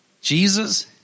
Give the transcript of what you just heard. Jesus